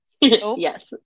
Yes